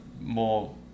more